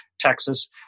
Texas